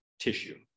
tissue